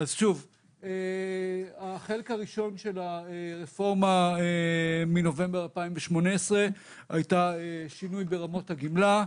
החלק הראשון של הרפורמה מנובמבר 2018 היה שינוי ברמות הגמלה,